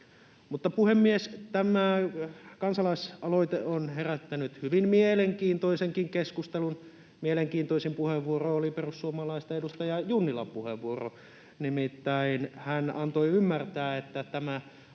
Mutta, puhemies, tämä kansalaisaloite on herättänyt hyvin mielenkiintoisenkin keskustelun. Mielenkiintoisin puheenvuoro oli perussuomalaisten edustaja Junnilan puheenvuoro. Hän nimittäin antoi ymmärtää, että tämä